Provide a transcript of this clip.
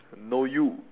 no you